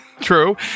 True